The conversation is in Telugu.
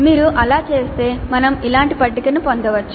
మీరు అలా చేస్తే మేము ఇలాంటి పట్టికను పొందవచ్చు